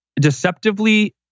deceptively